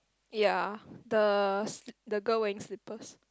ya the the girl wearing slippers